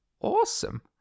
awesome